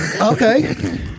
Okay